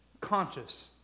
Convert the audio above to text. conscious